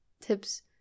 tips